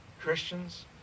Christians